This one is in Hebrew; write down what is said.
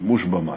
שימוש במים,